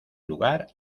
lugar